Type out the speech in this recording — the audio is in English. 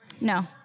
No